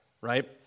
right